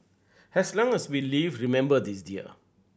as long as we live remember this dear